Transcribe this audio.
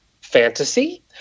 fantasy